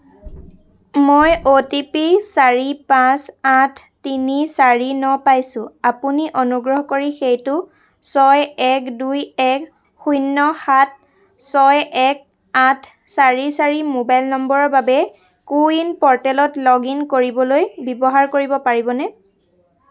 মই O T P চাৰি পাঁচ আঠ তিনি চাৰি ন পাইছোঁ আপুনি অনুগ্ৰহ কৰি সেইটো ছয় এক দুই এক শূন্য সাত ছয় এক আঠ চাৰি চাৰি মোবাইল নম্বৰৰ বাবে কো ৱিন প'ৰ্টেলত লগ ইন কৰিবলৈ ব্যৱহাৰ কৰিব পাৰিবনে